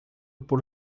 por